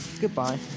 goodbye